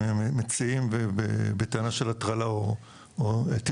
אם הם מציעים בטענה של הטרלה או טרפוד.